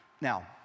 Now